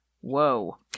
Whoa